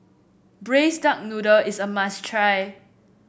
Braised Duck Noodle is a must try